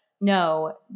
no